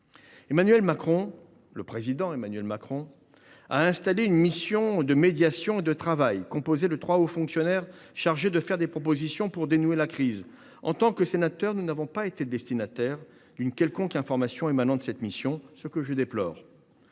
un chemin. Le président Emmanuel Macron a installé une mission de médiation et de travail, composée de trois hauts fonctionnaires chargés de faire des propositions pour dénouer la crise. En tant que sénateurs, nous n’avons pas été destinataires d’une quelconque information émanant de cette mission, ce que je déplore.